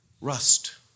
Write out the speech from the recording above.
rust